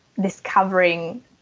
discovering